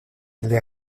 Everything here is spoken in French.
les